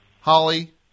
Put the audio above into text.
Holly